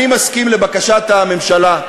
אני מסכים לבקשת הממשלה,